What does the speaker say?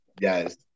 yes